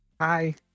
Hi